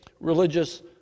religious